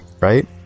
right